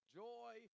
joy